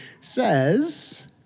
says